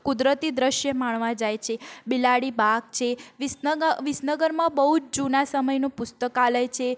કુદરતી દૃશ્ય માણવા જાય છે બિલાડી બાગ છે વિસનગરમાં બહુ જ જૂના સમયનું પુસ્તકાલય છે